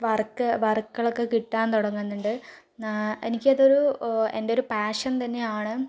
work വർക്കുകളൊക്കെ കിട്ടാൻ തുടങ്ങുന്നുണ്ട് എനിക്ക് അത് ഒരു എൻ്റെ ഒരു പാഷൻ തന്നെ ആണ്